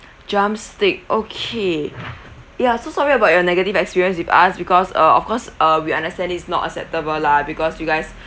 drumstick okay ya so sorry about your negative experience with us because uh of course uh we understand this is not acceptable lah because you guys